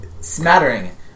smattering